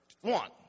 One